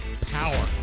Power